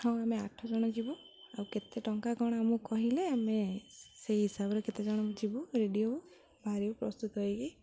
ହଉ ଆମେ ଆଠ ଜଣ ଯିବୁ ଆଉ କେତେ ଟଙ୍କା କ'ଣ ଆମକୁ କହିଲେ ଆମେ ସେଇ ହିସାବରେ କେତେ ଜଣ ଯିବୁ ରେଡ଼ି ହେବୁ ବାହାରିକୁ ପ୍ରସ୍ତୁତ ହୋଇକି